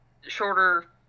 shorter